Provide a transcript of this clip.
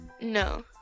No